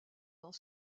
dans